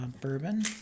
bourbon